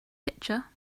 pitcher